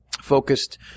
focused